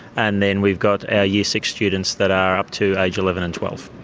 and then we've got our year six students that are up to age eleven and twelve.